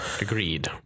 Agreed